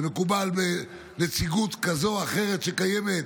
מקובל בנציגות כזו או אחרת שקיימת,